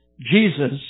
Jesus